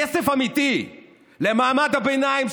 כסף אמיתי למעמד הביניים,